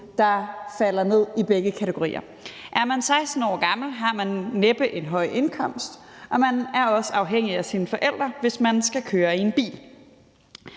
der falder ned i de to kategorier. Er man 16 år gammel, har man næppe en høj indkomst, og man er også afhængig af sine forældre, hvis man skal køre i en bil.